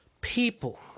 People